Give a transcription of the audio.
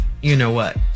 you-know-what